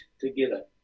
together